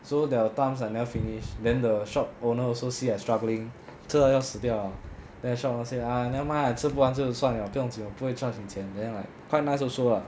so there were times I never finish then the shop owner also see I struggling 吃到要死掉了 then the shop owner say !aiya! never mind lah 吃不完就算了不用紧我不会 charge 你钱 then like quite nice also lah